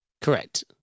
Correct